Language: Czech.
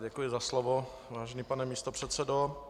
Děkuji za slovo, vážený pane místopředsedo.